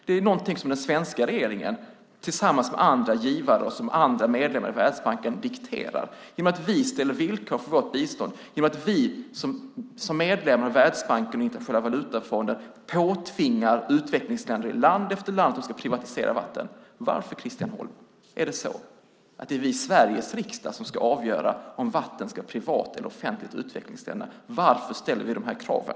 Det är någonting som den svenska regeringen tillsammans med andra givare och andra medlemmar i Världsbanken dikterar i och med att vi ställer villkor för vårt bistånd och i och med att vi som medlemmar i Världsbanken och Internationella valutafonden påtvingar utvecklingsländer, land efter land, att de ska privatisera vattnet. Varför, Christian Holm, är det så att det är vi i Sveriges riksdag som ska avgöra om vattnet ska vara privat eller offentligt i utvecklingsländerna? Varför ställer vi de här kraven?